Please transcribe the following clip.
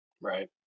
Right